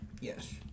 Yes